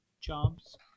jobs